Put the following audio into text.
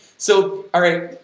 so alright,